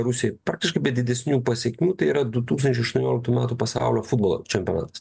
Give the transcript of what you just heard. rusijai praktiškai be didesnių pasekmių tai yra du tūkstančiai aštuonioliktų metų pasaulio futbolo čempionatas